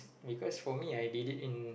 because for me I did it in